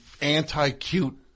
anti-cute